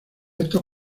estos